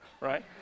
right